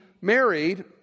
married